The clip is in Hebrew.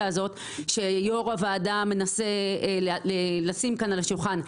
הזאת שיו"ר הוועדה מנסה לשים כאן על השולחן,